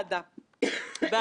אוהב אותך.